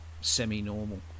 semi-normal